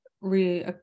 re